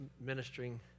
ministering